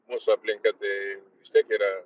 mūsų aplinka tai vis tiek yra